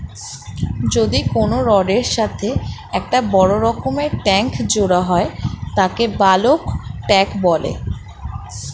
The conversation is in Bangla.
যদি কোনো রডের এর সাথে একটা বড় রকমের ট্যাংক জোড়া হয় তাকে বালক ট্যাঁক বলে